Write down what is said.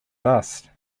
dusk